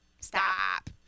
Stop